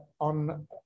on